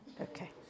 Okay